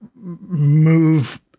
move